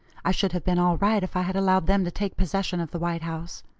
i should have been all right if i had allowed them to take possession of the white house.